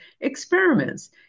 experiments